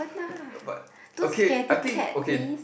uh but okay I think okay